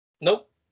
Nope